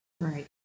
right